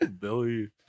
Billy